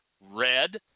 Red